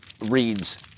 reads